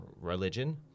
religion